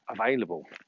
available